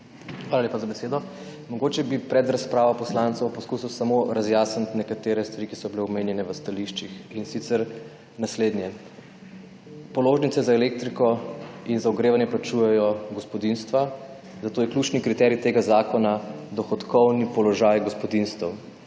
Hvala lepa za besedo. Mogoče bi pred razpravo poslancev poskusil samo razjasniti nekatere stvari, ki so bile omenjene v stališčih, in sicer naslednje. Položnice za elektriko in za ogrevanje plačujejo gospodinjstva, zato je ključni kriterij tega zakona dohodkovni položaj gospodinjstev.